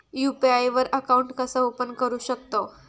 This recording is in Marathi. यू.पी.आय वर अकाउंट कसा ओपन करू शकतव?